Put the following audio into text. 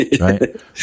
right